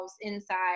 inside